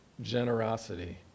generosity